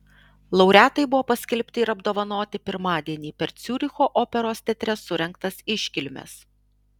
laureatai buvo paskelbti ir apdovanoti pirmadienį per ciuricho operos teatre surengtas iškilmes